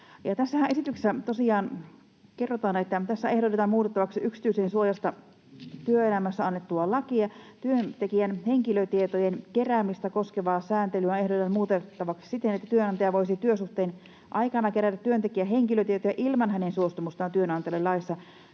että tässä ehdotetaan muutettavaksi yksityisyyden suojasta työelämässä annettua lakia. Työntekijän henkilötietojen keräämistä koskevaa sääntelyä ehdotetaan muutettavaksi siten, että työnantaja voisi työsuhteen aikana kerätä työntekijän henkilötietoja ilman hänen suostumustaan työnantajalle laissa